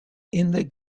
inlet